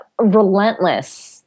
relentless